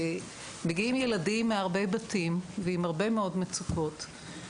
מגיעים ילדים מהרבה בתים ועם הרבה מאוד מצוקות.